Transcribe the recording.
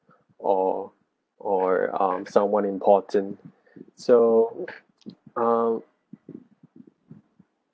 or or um someone important so um